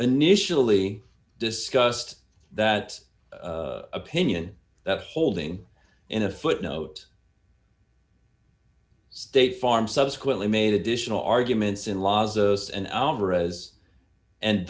initially discussed that opinion that holding in a footnote state farm subsequently made additional arguments in laws us and alvarez and